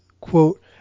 quote